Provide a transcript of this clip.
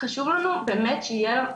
חשוב לנו באמת כל